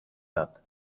lat